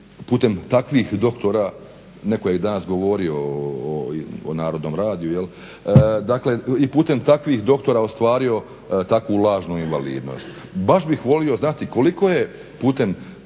putem takvih doktora, neko je danas govorio o Narodnom radio. Dakle, i putem takvih doktora ostvario takvu lažnu invalidnost. Baš bih volio znati koliko je putem